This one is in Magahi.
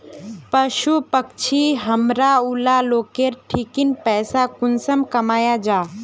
पशु पक्षी हमरा ऊला लोकेर ठिकिन पैसा कुंसम कमाया जा?